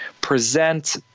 present